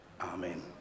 Amen